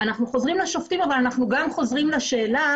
אנחנו חוזרים לשופטים אבל אנחנו גם חוזרים לשאלה,